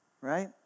right